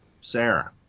Sarah